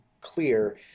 clear